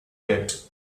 yet